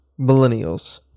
millennials